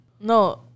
No